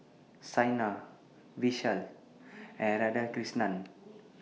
Saina Vishal and Radhakrishnan